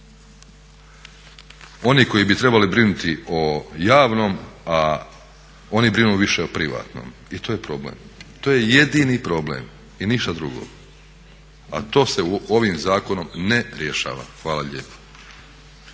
Oni koji bi trebali brinuti o javnom a oni brinu više o privatnom, i to je problem. To je jedini problem, i ništa drugo. A to se ovim zakonom ne rješava. Hvala lijepo.